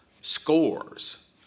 scores